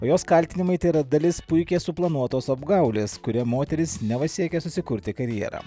jos kaltinimai tėra dalis puikiai suplanuotos apgaulės kuria moteris neva siekia susikurti karjerą